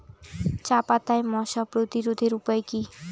চাপাতায় মশা প্রতিরোধের উপায় কি?